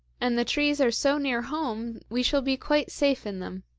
and the trees are so near home we shall be quite safe in them